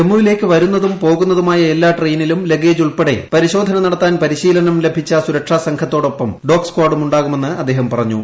ജമ്മുവിലേക്ക് വരുന്നതും പോകുന്നതുമായ എല്ലാ ട്രെയിനിലും ലെഗേജ് ഉൾപ്പെടെ പരിശോധന നടത്താൻ പരിശീലനം ലഭിച്ച സുരക്ഷാ സംഘത്തോടൊപ്പം ഡോഗ് സ്കാഡും ഉണ്ടാകുമെന്നും അദ്ദേഹം പറഞ്ഞു